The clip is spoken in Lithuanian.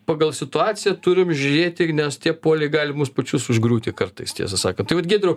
pagal situaciją turim žiūrėti nes tie poliai gali mus pačius užgriūti kartais tiesą sakant tai vat giedriau